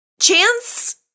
Chance